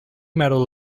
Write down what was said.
metal